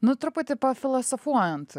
nu truputį pafilosofuojant